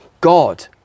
God